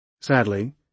Sadly